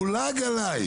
עליי.